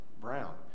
brown